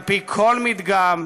על פי כל מדגם,